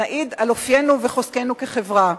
נעיד על אופיינו וחוזקנו כחברה.